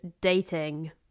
dating